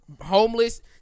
homeless